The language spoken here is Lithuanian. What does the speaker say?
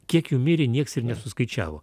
kiek jų mirė nieks ir nesuskaičiavo